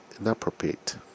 inappropriate